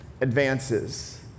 advances